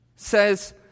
Says